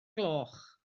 gloch